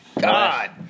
God